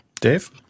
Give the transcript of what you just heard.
Dave